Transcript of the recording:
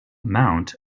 mount